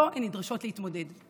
שאיתו הן נדרשות להתמודד.